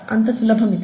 అంత సులభం ఇది